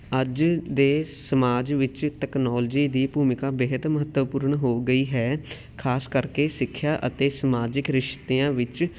ਅੱਜ ਦੇ ਸਮਾਜ ਵਿੱਚ ਤਕਨੋਲਜੀ ਦੀ ਭੂਮਿਕਾ ਬੇਹੱਦ ਮਹੱਤਵਪੂਰਨ ਹੋ ਗਈ ਹੈ ਖ਼ਾਸ ਕਰਕੇ ਸਿੱਖਿਆ ਅਤੇ ਸਮਾਜਿਕ ਰਿਸ਼ਤਿਆਂ ਵਿੱਚ